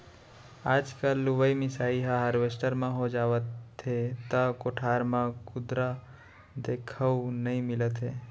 आजकल लुवई मिसाई ह हारवेस्टर म हो जावथे त कोठार म कुंदरा देखउ नइ मिलत हे